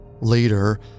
Later